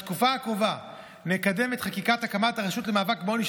בתקופה הקרובה נקדם את חקיקת הקמת הרשות למאבק בעוני,